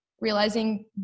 realizing